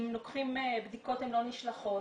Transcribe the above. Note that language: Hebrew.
אם לוקחים בדיקות, הן לא נשלחות.